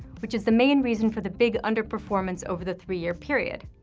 which is the main reason for the big underperformance over the three-year period.